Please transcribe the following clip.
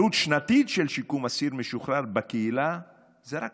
עלות שנתית של שיקום אסיר משוחרר בקהילה היא רק